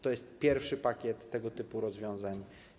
To jest pierwszy pakiet tego typu rozwiązań.